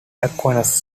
aqueous